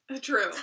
True